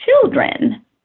children